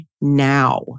now